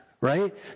right